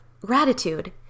gratitude